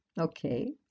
Okay